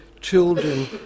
children